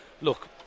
look